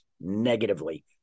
negatively